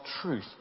truth